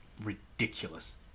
ridiculous